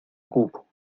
ocupo